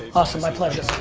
awesome, my pleasure.